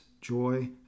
joy